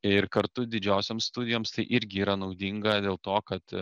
ir kartu didžiosioms studijoms tai irgi yra naudinga dėl to kad